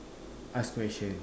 ask question